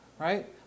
right